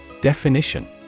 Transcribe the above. Definition